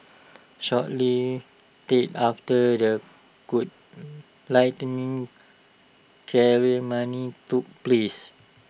shortly thereafter the lighting ceremony took place